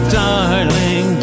darling